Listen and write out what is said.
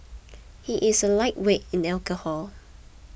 he is a lightweight in alcohol